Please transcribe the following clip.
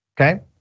okay